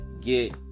get